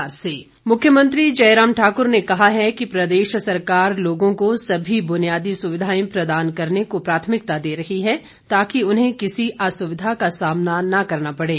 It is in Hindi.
मुख्यमंत्री मुख्यमंत्री जयराम ठाक्र ने कहा है कि प्रदेश सरकार लोगों को सभी बुनियादी सुविधाएं प्रदान करने को प्राथमिकता दे रही ताकि उन्हें किसी असुविधा का सामना न करना पड़े